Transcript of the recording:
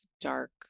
dark